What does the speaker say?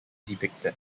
depicted